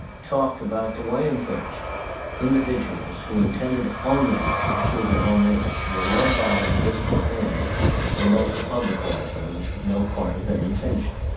talked about the way in which individuals, who intended only to pursue their own interests, were led by an invisible hand to promote the public welfare, which was no part of their intention.